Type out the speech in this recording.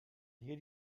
hier